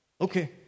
okay